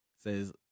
says